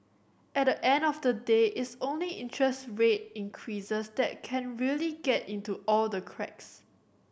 at the end of the day it's only interest rate increases that can really get into all the cracks